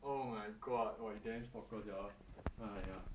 oh my god !wah! you damn stalker sia !aiya!